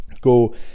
go